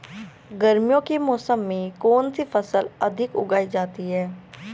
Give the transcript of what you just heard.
गर्मियों के मौसम में कौन सी फसल अधिक उगाई जाती है?